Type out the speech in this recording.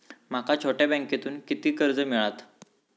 माका छोट्या बँकेतून किती कर्ज मिळात?